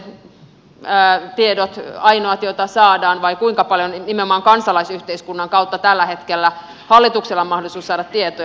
ovatko hallituksen tiedot ainoat joita saadaan vai kuinka paljon nimenomaan kansalaisyhteiskunnan kautta tällä hetkellä hallituksella on mahdollisuus saada tietoja